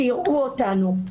שיראו אותנו.